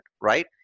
right